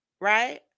right